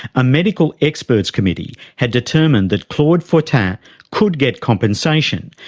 a medical experts committee had determined that claude fortin could get compensation,